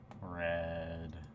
Red